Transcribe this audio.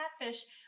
catfish